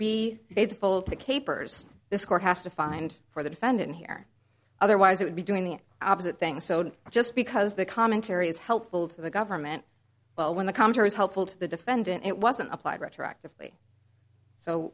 be faithful to capers this court has to find for the defendant here otherwise it would be doing the opposite thing so to just because the commentary is helpful to the government well when the counter is helpful to the defendant it wasn't applied retroactive